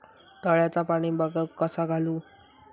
तळ्याचा पाणी बागाक कसा घालू?